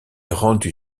rendue